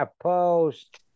opposed